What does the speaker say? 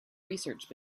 research